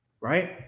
Right